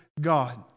God